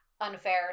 unfair